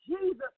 Jesus